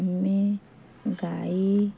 ଆମେ ଗାଈ